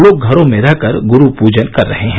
लोग घरों में रहकर गुरु पूजन कर रहे हैं